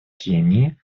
кении